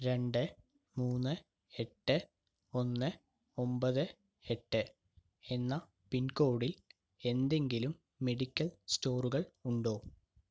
രണ്ട് മൂന്ന് എട്ട് ഒന്ന് ഒൻപത് എട്ട് എന്ന പിൻകോഡിൽ എന്തെങ്കിലും മെഡിക്കൽ സ്റ്റോറുകൾ ഉണ്ടോ